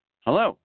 Hello